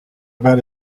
about